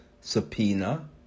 subpoena